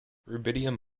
rubidium